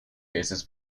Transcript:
faces